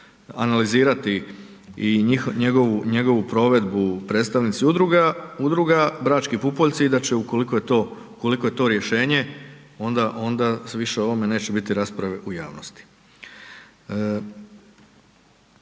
analizirati i njegovu provedbu predstavnici udruga Brački pupoljci i da će ukoliko je to rješenje, onda više o ovome neće bit rasprave u javnosti.